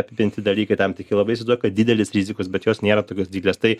apipinti dalykai tam tikri labai įsivaizduoja kad didelės rizikos bet jos nėra tokios didelės tai